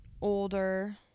older